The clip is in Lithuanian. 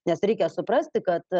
nes reikia suprasti kad